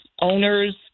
owners